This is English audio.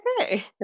okay